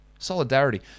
Solidarity